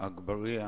אגבאריה